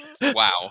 Wow